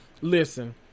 Listen